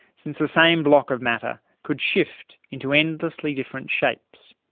since the same block of matter could shift into endlessly different shapes.